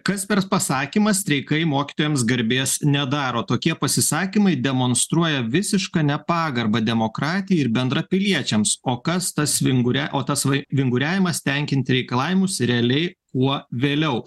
kas per pasakymą streikai mokytojams garbės nedaro tokie pasisakymai demonstruoja visišką nepagarbą demokratijai ir bendrapiliečiams o kas tas vinguria o tas vinguriavimas tenkinti reikalavimus realiai kuo vėliau